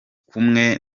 kumwe